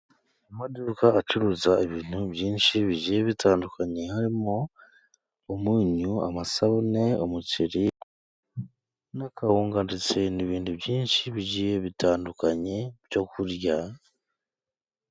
Amaduka acuruza ibintu byinshi bigiye bitandukanye, harimo umunyu, amasabune, umuceri, n' akawunga ndetse n' ibindi byinshi bigiye bitandukanye byo kurya.